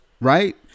right